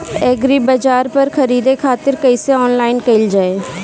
एग्रीबाजार पर खरीदे खातिर कइसे ऑनलाइन कइल जाए?